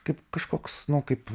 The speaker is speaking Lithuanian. kaip kažkoks nu kaip